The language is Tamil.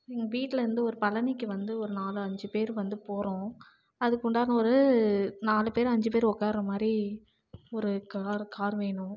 எங்க வீட்லருந்து ஒரு பழனிக்கு வந்து ஒரு நாலு அஞ்சு பேர் வந்து போகிறோம் அதுக்குண்டான ஒரு நாலு பேர் அஞ்சு பேர் உட்கார்ற மாதிரி ஒரு கார் கார் வேணும்